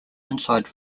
inside